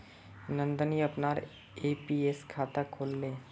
नंदनी अपनार एन.पी.एस खाता खोलले